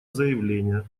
заявления